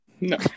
No